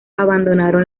abandonaron